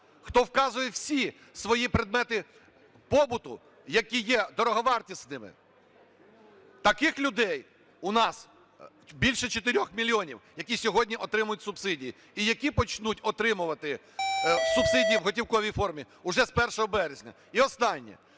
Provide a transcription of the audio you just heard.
хто вказує всі свої предмети побуту, які є дороговартісними. Таких людей у нас більше 4 мільйонів, які сьогодні отримують субсидії і які почнуть отримувати субсидії в готівковій формі уже з 1 березня. І останнє.